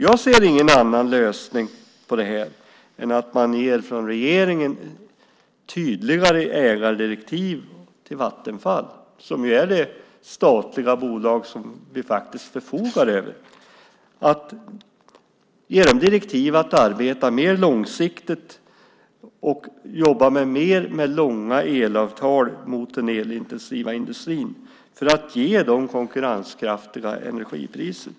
Jag ser ingen annan lösning på det här än att regeringen ger tydligare ägardirektiv till Vattenfall, som ju är det statliga bolag som vi faktiskt förfogar över, att arbeta mer långsiktigt och jobba mer med långa elavtal för den elintensiva industrin för att ge den konkurrenskraftiga energipriser.